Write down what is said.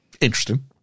interesting